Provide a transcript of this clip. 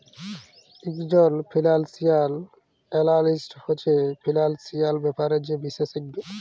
ইকজল financial analyst হছে financial ব্যাপারে যে বিশেষজ্ঞ